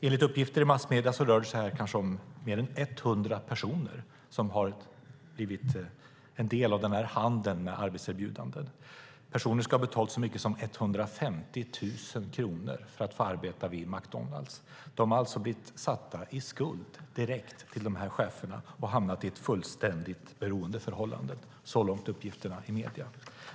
Enligt uppgifter i massmedier rör det sig om kanske mer än 100 personer som har blivit en del av denna handel med arbetserbjudanden. Personer ska ha betalat så mycket som 150 000 kronor för att få arbeta vid McDonalds. De har alltså blivit satta i skuld direkt till cheferna och hamnat i ett fullständigt beroendeförhållande - så långt uppgifterna i medierna.